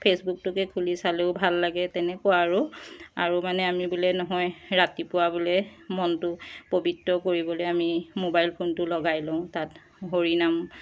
ফে'চবুকটোকে খুলি চালোঁ ভাল লাগে তেনেকুৱা আৰু আৰু মানে আমি বোলে নহয় ৰাতিপুৱা বোলে মনটো পৱিত্ৰ কৰিবলৈ আমি মোবাইল ফোনটো লগাই লওঁ তাত হৰি নাম